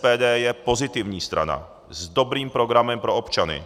SPD je pozitivní strana, s dobrým programem pro občany.